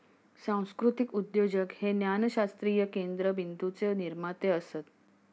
सांस्कृतीक उद्योजक हे ज्ञानशास्त्रीय केंद्रबिंदूचे निर्माते असत